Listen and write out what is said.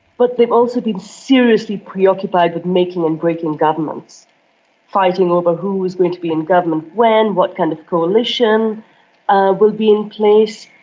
but they've also been seriously preoccupied with making and breaking governments governments fighting over who was going to be in government when, what kind of coalition ah will be in place.